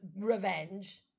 revenge